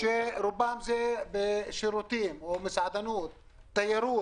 רובם עוסקים בשירותים או במסעדנות ותיירות.